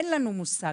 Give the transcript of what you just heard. אין לנו מושג.